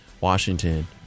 Washington